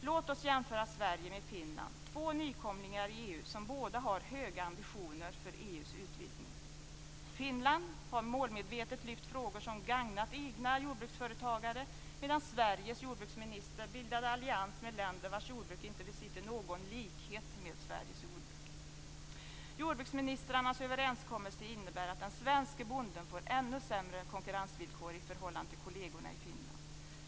Låt oss jämföra Sverige med Finland, två nykomlingar i EU som båda har höga ambitioner för EU:s utvidgning. Finland har målmedvetet lyft fram frågor som gagnat egna jordbruksföretagare, medan Sveriges jordbruksminister bildat allians med länder vars jordbruk inte besitter några likheter med Sveriges jordbruk. Jordbruksministrarnas överenskommelse innebär att den svenske bonden får ännu sämre konkurrensvillkor i förhållande till kollegerna i Finland.